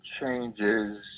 changes